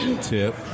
tip